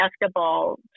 basketball